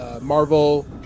Marvel